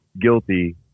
guilty